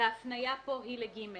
והתניה פה היא ל-(ג).